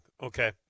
Okay